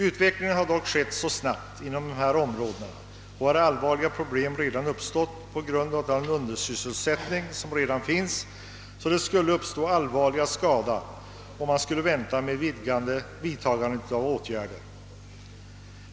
Utvecklingen har dock gått så snabbt på dessa områden och så allvarliga problem har redan uppstått på grund av den rådande undersysselsättningen, att allvarlig skada skulle uppstå om man väntade med att vidta åtgärder.